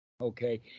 okay